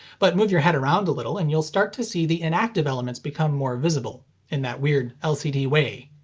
but, move your head around a little and you'll start to see the inactive elements become more visible in that weird lcd way.